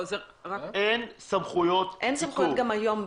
אין סמכויות עיכוב.